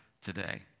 today